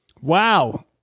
Wow